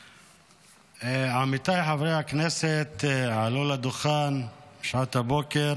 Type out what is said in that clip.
עמיתיי חברי הכנסת עלו לדוכן בשעות הבוקר